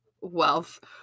wealth